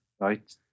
Right